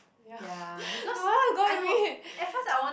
ya no one go with me